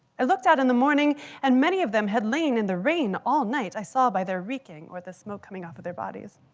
i looked out in the morning and many of them had lain in the rain all night, i saw by their reeking or the smoke coming off of their bodies.